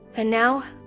and now,